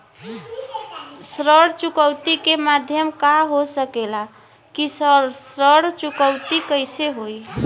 ऋण चुकौती के माध्यम का हो सकेला कि ऋण चुकौती कईसे होई?